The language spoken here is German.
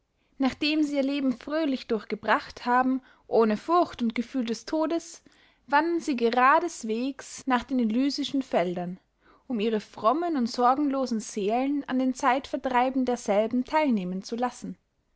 nachdem sie ihr leben fröhlich durchgebracht haben ohne furcht und gefühl des todes wandern sie gerades wegs nach den elysischen feldern um ihre frommen und sorgenlosen seelen an den zeitvertreiben derselben theil nehmen zu lassen